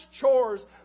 chores